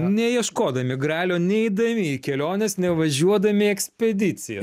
neieškodami gralio neidami į kelionės nevažiuodami į ekspediciją